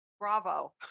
Bravo